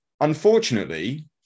unfortunately